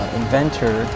inventor